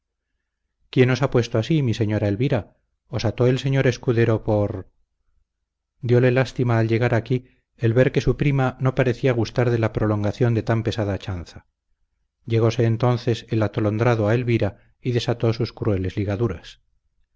quién os ha puesto así mi señora elvira os ató el señor escudero por diole lástima al llegar aquí el ver que su prima no parecía gustar de la prolongación de tan pesada chanza llegóse entonces el atolondrado a elvira y desató sus crueles ligaduras